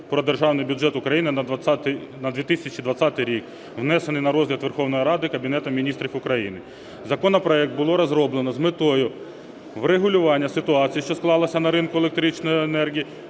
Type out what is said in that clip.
"Про Державний бюджет України на 2020 рік", внесений на розгляд Верховної Ради Кабінетом Міністрів України. Законопроект було розроблено з метою врегулювання ситуації, що склалася на ринку електричної енергії,